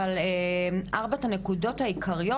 אבל ארבעת הנקודות העיקריות,